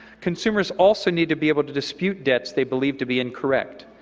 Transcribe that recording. consumers also need to be able to dispute debts they believe to be incorrect.